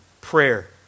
prayer